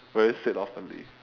very said oftenly